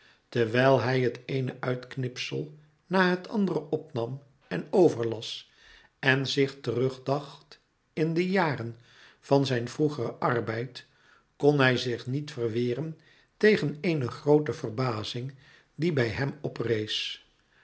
terwijl hij het eene uitknipsel na het andere opnam en overlas en zich terugdacht in de jaren van zijn vroegeren arbeid kon hij zich niet verweren tegen eene groote verbazing die bij hem oprees